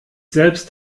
selbst